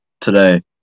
today